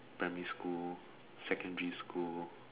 primary school secondary school